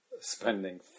spending